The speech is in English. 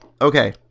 okay